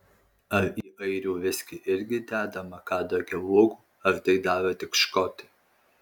ar į airių viskį irgi dedama kadagio uogų ar tai daro tik škotai